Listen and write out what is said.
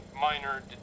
minor